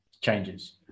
changes